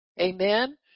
Amen